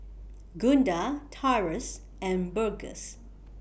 Gunda Tyrus and Burgess